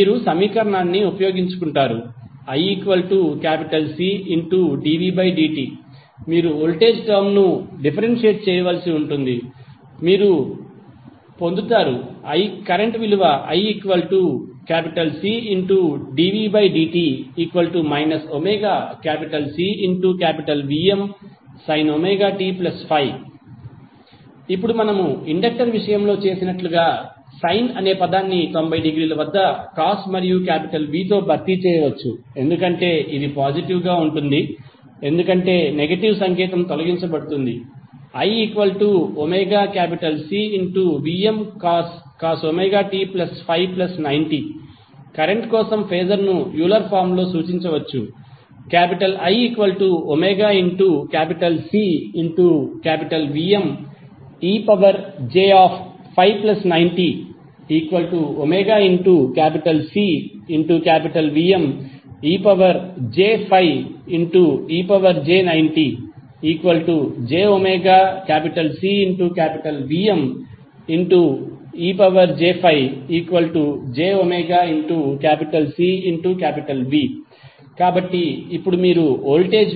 మీరు సమీకరణాన్ని ఉపయోగించుకుంటారు iCdvdt మీరు వోల్టేజ్ టర్మ్ ను డీఫెరెన్షియేట్ చేయవలసి ఉంటుంది మరియు మీరు పొందుతారు iCdvdt ωCVmsin ωt∅ ఇప్పుడు మనము ఇండక్టర్ విషయంలో చేసినట్లుగా సైన్ అనే పదాన్ని 90 డిగ్రీల వద్ద కాస్ మరియు V తో భర్తీ చేయవచ్చు ఎందుకంటే ఇది పాజిటివ్ గా ఉంటుంది ఎందుకంటే నెగటివ్ సంకేతం తొలగించబడుతుంది iωCVmcos ωt∅90 కరెంట్ కోసం ఫేజర్ ను యూలర్ ఫార్మ్ లో సూచించవచ్చు IωCVmej∅90ωCVmej∅ej90jωCVmej∅jωCV కాబట్టి ఇప్పుడు మీరు వోల్టేజ్